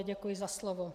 Děkuji za slovo.